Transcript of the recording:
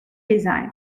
design